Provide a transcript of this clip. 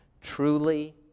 truly